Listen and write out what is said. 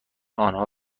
آنها